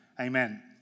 Amen